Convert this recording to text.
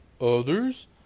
Others